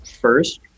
first